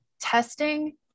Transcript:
testing